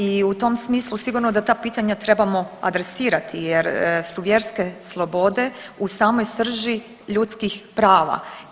I u tom smislu sigurno da ta pitanja trebamo adresirati jer su vjerske slobode u samoj srži ljudskih prava.